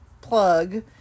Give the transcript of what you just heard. plug